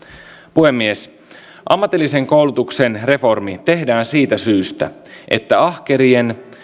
puhemies ammatillisen koulutuksen reformi tehdään siitä syystä että ahkerien